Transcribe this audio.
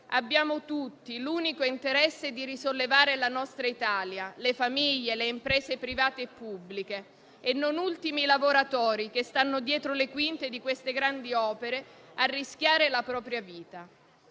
Abbiamo tutti l'unico interesse di risollevare la nostra Italia, le famiglie, le imprese private e pubbliche e, non ultimi, i lavoratori che stanno dietro le quinte di queste grandi opere a rischiare la propria vita,